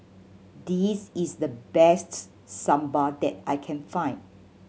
this is the best Sambar that I can find